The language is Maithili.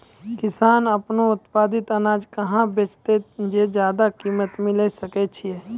किसान आपनो उत्पादित अनाज कहाँ बेचतै जे ज्यादा कीमत मिलैल सकै छै?